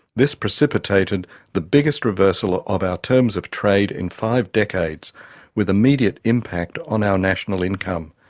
this precipitated the biggest reversal ah of our terms of trade in five decades with immediate impact on our national income.